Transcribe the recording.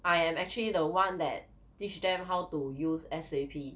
I am actually the one that teach them how to use S_A_P